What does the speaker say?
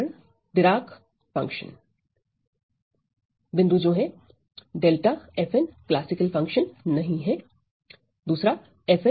उदाहरण Dirac function • 𝜹 − classical function नहीं है